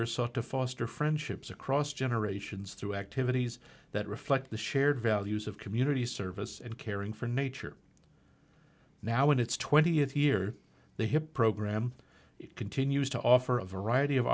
sought to foster friendships across generations through activities that reflect the shared values of community service and caring for nature now in its twentieth year the hip program continues to offer a variety of